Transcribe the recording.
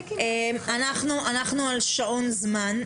אנחנו על שעון זמן.